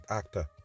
actor